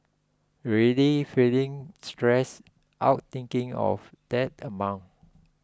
already feeling stressed out thinking of that amount